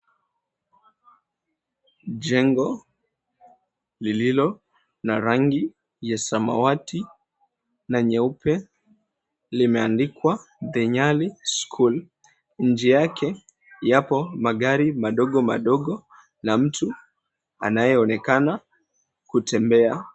Jengo lililo na rangi ya samawati na nyeupe limeandikwa The Nyali School. Nje yake yapo magari madogo madogo na mtu anayeonekana kutembea.